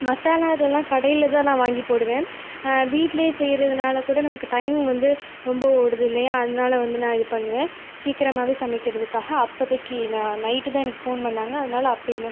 மசாலா இதல்லாம் கடையில் தான் நான் வாங்கி போடுவேன் வீட்லையே செய்யறதுனால் கூட நமக்கு டைம் வந்து ரொம்ப ஓடுது இல்லையா அதனால் வந்து நான் இது பண்ணுவேன் சீக்கரமாகவே சமைக்கிறதுக்காக அப்போதைக்கி நான் நைட் தான் எனக்கு ஃபோன் பண்ணினாங்க அதனால அப்பவே நான்